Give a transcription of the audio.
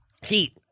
Heat